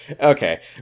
Okay